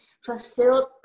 fulfilled